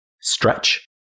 stretch